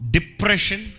Depression